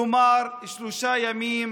כלומר שלושה ימים